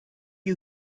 you